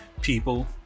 people